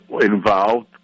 involved